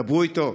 דברו איתו,